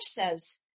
says